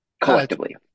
Collectively